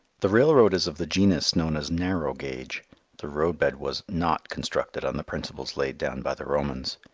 the railroad is of the genus known as narrow-gauge the roadbed was not constructed on the principles laid down by the romans.